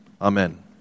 Amen